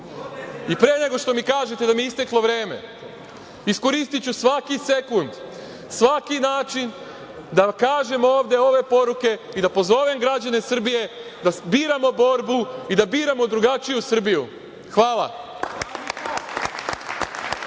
nego što mi kažete da mi je isteklo vreme, iskoristiću svaki sekund, svaki način da kažem ovde ove poruke i da pozovem građane Srbije da biramo borbu i da biramo drugačiju Srbiju. Hvala.